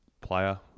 player